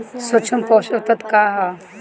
सूक्ष्म पोषक तत्व का ह?